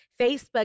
Facebook